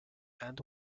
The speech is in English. and